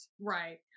Right